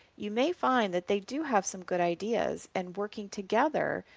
you may find that they do have some good ideas, and working together,